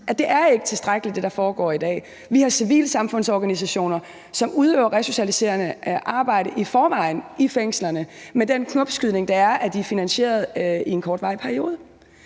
i dag, ikke er tilstrækkeligt. Vi har civilsamfundsorganisationer, som i forvejen udøver resocialiserende arbejde i fængslerne med den knopskydning, det er, at de er finansieret i en kortvarig periode.